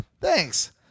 thanks